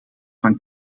van